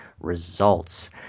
Results